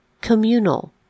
communal